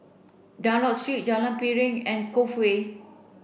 Dunlop Street Jalan Piring and Cove Way